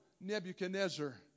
Nebuchadnezzar